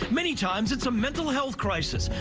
many times it's a mental health crisis,